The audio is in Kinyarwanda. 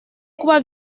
kuba